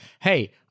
hey